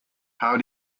how